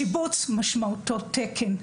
שיבוץ משמעותו תקן.